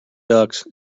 ducks